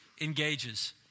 engages